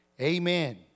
Amen